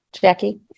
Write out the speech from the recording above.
Jackie